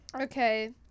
Okay